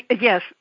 Yes